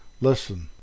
listen